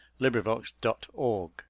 LibriVox.org